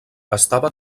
estava